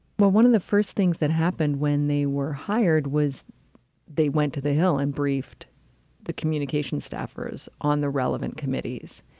one of the first things that happened when they were hired was they went to the hill and briefed the communications staffers on the relevant committees.